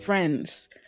Friends